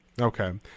Okay